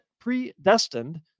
predestined